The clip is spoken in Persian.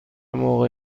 موقع